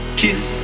kiss